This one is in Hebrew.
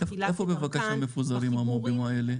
איפה מפוזרים המו"פים האלה?